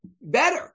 better